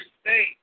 state